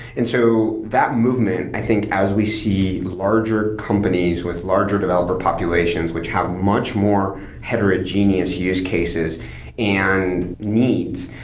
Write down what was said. and so that movement, i think as we see larger companies with larger developer populations which have much more heterogeneous use cases and needs,